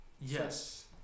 Yes